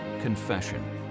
confession